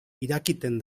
irakiten